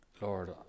Lord